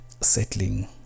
settling